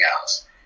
else